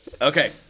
Okay